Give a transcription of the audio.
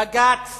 בג"ץ